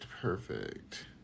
Perfect